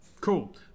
Cool